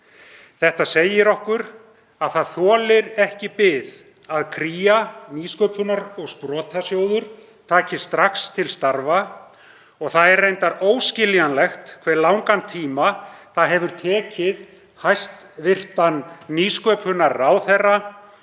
Þetta segir okkur að það þolir ekki bið að Kría, nýsköpunar- og sprotasjóður taki strax til starfa og það er reyndar óskiljanlegt hve langan tíma það hefur tekið hæstv. nýsköpunarráðherra